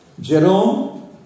Jerome